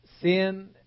sin